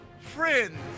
friends